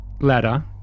ladder